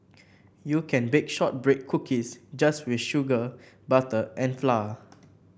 you can bake shortbread cookies just with sugar butter and flour